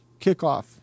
kickoff